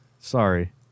Sorry